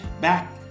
Back